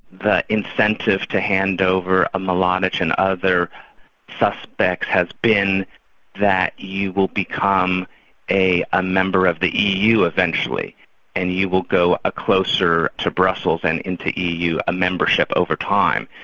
the incentive to hand over mladic and other suspects has been that you will become a ah member of the eu eventually and you will go ah closer to brussels and into eu membership over time.